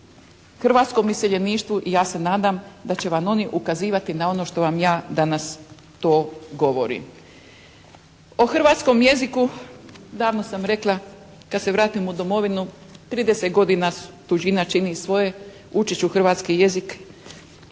hrvatskom iseljeništvu i ja se nadam da će vam oni ukazivati na ono što vam ja danas to govorim. O hrvatskom jeziku davno sam rekla kad se vratim u domovinu, 30 godina tuđina čini svoje, učit ću hrvatski jezik